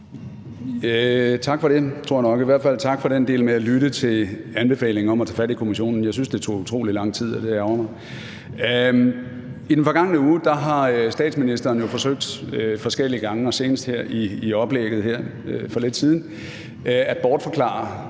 Tak for det, tror jeg nok – i hvert fald tak for den del med at lytte til anbefalingen om at tage fat i Kommissionen. Jeg synes, det tog utrolig lang tid, og det ærgrer mig. I den forgangne uge har statsministeren jo forsøgt forskellige gange og senest i oplægget her for lidt siden at bortforklare